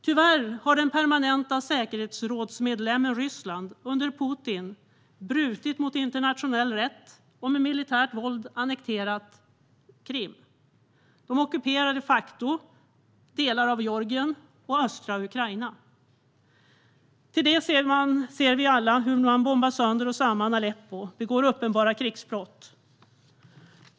Tyvärr har den permanenta säkerhetsrådsmedlemmen Ryssland under Putin brutit mot internationell rätt och med militärt våld annekterat Krim. Det ockuperar de facto delar av Georgien och östra Ukraina. Till det ser vi alla hur man bombar sönder och samman Aleppo och begår uppenbara krigsbrott.